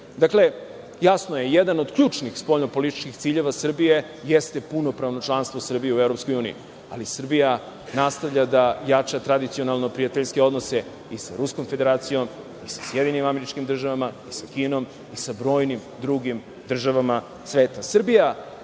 jasno je, jedan od ključnih spoljnopolitičkih ciljeva Srbije jeste punopravno članstvo Srbije u EU, ali Srbija nastavlja da jača tradicionalno prijateljske odnose i sa Ruskom Federacijom i sa SAD i sa Kinom i sa brojnim drugim državama sveta. Srbija